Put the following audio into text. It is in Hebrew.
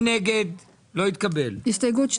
מי בעד קבלת ההסתייגות?